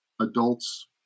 adults